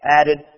added